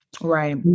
right